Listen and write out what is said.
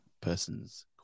person's